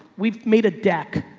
we've made a deck,